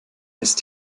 ist